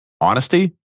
Honesty